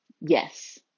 yes